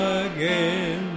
again